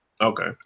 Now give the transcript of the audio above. Okay